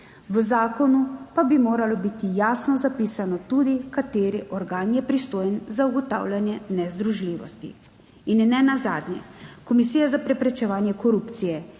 V zakonu pa bi moralo biti jasno zapisano tudi, kateri organ je pristojen za ugotavljanje nezdružljivosti. Nenazadnje, Komisija za preprečevanje korupcije